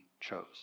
chose